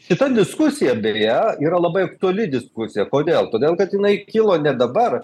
šita diskusija beje yra labai aktuali diskusija kodėl todėl kad jinai kilo ne dabar